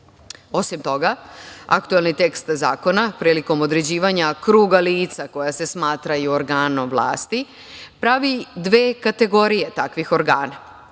toga, aktuelni tekst zakona prilikom određivanja kruga lica koja se smatraju organom vlasti pravi dve kategorije takvih organa,